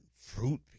fruit